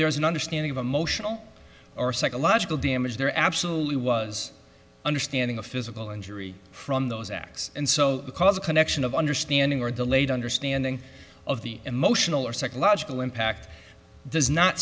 there is an understanding of emotional or psychological damage there absolutely was understanding of physical injury from those acts and so the causal connection of understanding or delayed understanding of the emotional or psychological impact does not